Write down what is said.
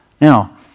Now